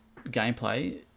gameplay